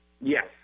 Yes